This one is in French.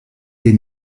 des